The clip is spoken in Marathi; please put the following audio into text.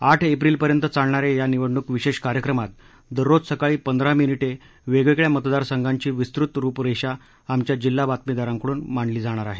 आठ एप्रिलपर्यंत चालणा या या निवडणूक विशेष कार्यक्रमात दररोज सकाळी पंधरा मिनिटे वेगवेगळ्या मतदार संघाची विस्तृत रुपरेषा आमच्या जिल्हा बातमीदारांकडून मांडली जाणार आहे